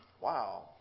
wow